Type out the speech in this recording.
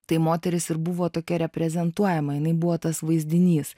tai moteris ir buvo tokia reprezentuojama jinai buvo tas vaizdinys